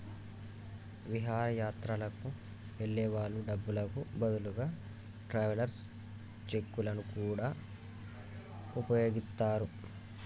విహారయాత్రలకు వెళ్ళే వాళ్ళు డబ్బులకు బదులుగా ట్రావెలర్స్ చెక్కులను గూడా వుపయోగిత్తరు